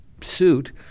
suit